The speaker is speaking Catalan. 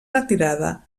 retirada